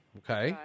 okay